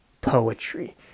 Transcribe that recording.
poetry